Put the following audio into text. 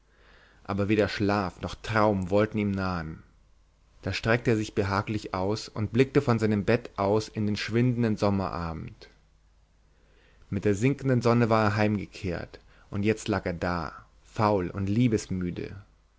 aber weder schlaf noch traum wollte ihm nahen da streckte er sich behaglich aus und blickte von seinem bett aus in den schwindenden sommerabend mit der sinkenden sonne war er heimgekehrt und jetzt lag er da faul und